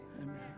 Amen